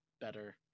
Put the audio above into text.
better